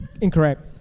incorrect